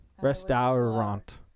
Restaurant